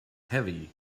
heavy